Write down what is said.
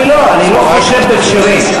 אני לא חושד בכשרים,